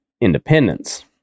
Independence